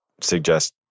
suggest